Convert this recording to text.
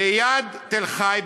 ליד תל-חי,